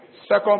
Second